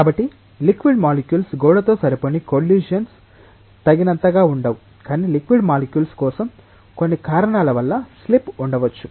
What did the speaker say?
కాబట్టి liquid molecules గోడతో సరిపోని కొల్లిషన్స్ తగినంతగా ఉండవు కాని లిక్విడ్ మాలిక్యూల్స్ కోసం కొన్ని కారణాల వల్ల స్లిప్ ఉండవచ్చు